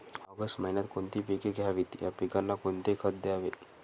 August महिन्यात कोणती पिके घ्यावीत? या पिकांना कोणते खत द्यावे?